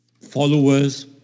followers